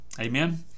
Amen